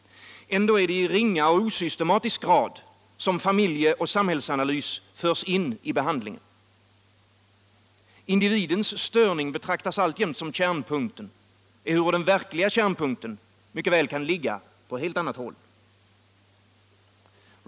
Ändå är det i ringa och osystematisk grad som familjeoch samhällsanalys förs =. in i behandlingen. Individens störning betraktas alltjämt som kärnpunk = Hälsooch sjukvård ten, ehuru den verkliga kärnpunkten mycket väl kan ligga på helt annat håll.